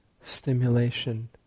stimulation